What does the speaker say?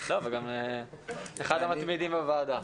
וגם אחד המתמידים בוועדה.